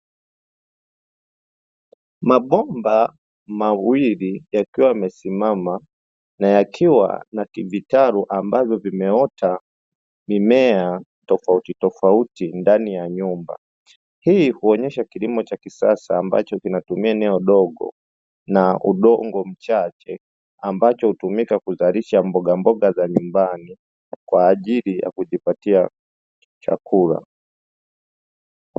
Mabomba mawili yakiwa yamesimama na yakiwa na vitalu, ambavyo vimeota mimea tofauti tofauti ndani ya nyumba, hii kuonyesha kilimo cha kisasa ambacho kinatumia eneo dogo na udongo mchache ambacho hutumika kuzalisha mboga mboga za nyumbani kwa ajili ya kujipatia chakula.